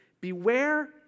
beware